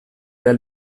del